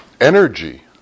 energy